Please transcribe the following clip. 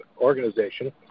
organization